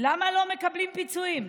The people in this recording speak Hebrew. למה לא מקבלים פיצויים?